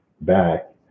back